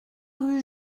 rue